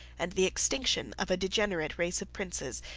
and the extinction of a degenerate race of princes,